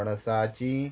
पणसाची